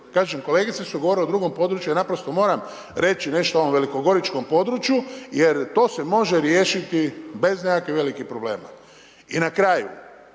Kažem, kolegice su govorile o drugom području, ja naprosto moram reći nešto o ovom velikogoričkom području jer to se može riješiti bez nekakvih velikih problema. I na kraju,